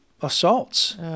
assaults